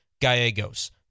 Gallegos